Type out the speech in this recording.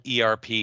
ERP